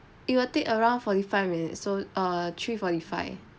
it will take around forty five minutes so err three forty five